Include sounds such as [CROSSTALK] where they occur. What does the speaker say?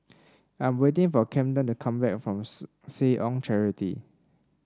I'm waiting for Camden to come back from [UNINTELLIGIBLE] Seh Ong Charity